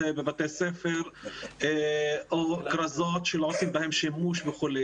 בבתי ספר או כרזות שלא עושים בהם שימוש וכו'.